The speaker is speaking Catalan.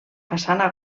façana